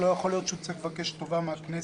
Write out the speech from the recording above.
לא יכול להיות שהוא צריך לבקש טובה מהממשלה.